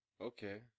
Okay